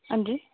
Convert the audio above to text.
हां जी